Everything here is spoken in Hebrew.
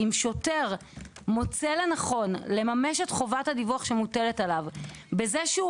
אם שוטר מוצא לנכון לממש את חובת הדיווח שמוטלת עליו בזה שהוא